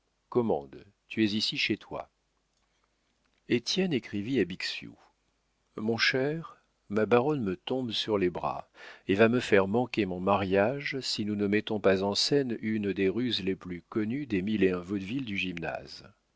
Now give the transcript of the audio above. tu es ici chez toi étienne écrivit à bixiou mon cher ma baronne me tombe sur les bras et va me faire manquer mon mariage si nous ne mettons pas en scène une des ruses les plus connues des mille et un vaudevilles du